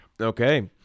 Okay